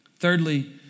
Thirdly